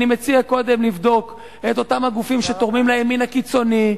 אני מציע קודם לבדוק את אותם גופים שתורמים לימין הקיצוני,